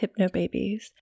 hypnobabies